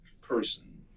person